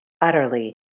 utterly